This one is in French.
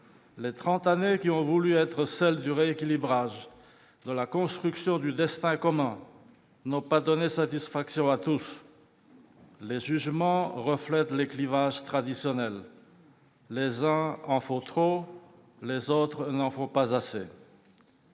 Les trente années qu'on a voulu être celles du rééquilibrage et de la construction d'un destin commun n'ont pas donné satisfaction à tous. Les jugements reflètent les clivages traditionnels : les uns en font trop, les autres, pas assez.